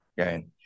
Okay